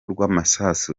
rw’amasasu